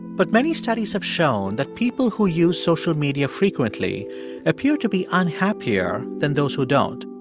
but many studies have shown that people who use social media frequently appear to be unhappier than those who don't.